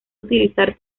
utilizar